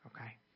okay